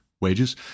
wages